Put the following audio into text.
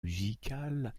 musicale